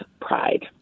Pride